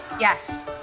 Yes